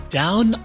down